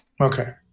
Okay